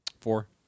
Four